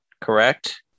correct